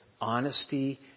honesty